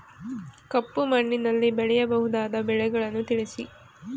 ಕಪ್ಪು ಮಣ್ಣಿನಲ್ಲಿ ಬೆಳೆಯಬಹುದಾದ ಬೆಳೆಗಳನ್ನು ತಿಳಿಸಿ?